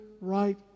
right